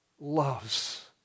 loves